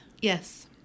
Yes